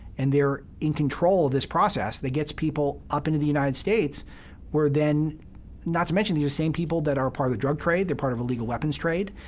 and they're in control of this process that gets people up into the united states where then not to mention they're the same people that are part of the drug trade they're part of illegal weapons trade.